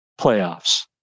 playoffs